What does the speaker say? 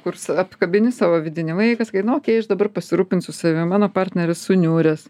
kur save apkabini savo vidinį vaiką sakai nu okei aš dabar pasirūpinsiu savim mano partneris suniuręs